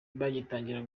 bagitangira